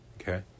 okay